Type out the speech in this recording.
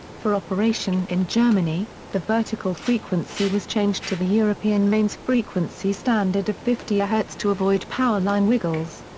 for operation in germany, the vertical frequency was changed to the european mains frequency standard of fifty hz to avoid power line wiggles.